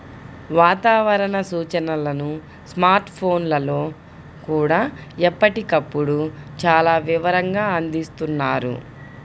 వాతావరణ సూచనలను స్మార్ట్ ఫోన్లల్లో కూడా ఎప్పటికప్పుడు చాలా వివరంగా అందిస్తున్నారు